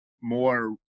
more